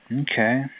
okay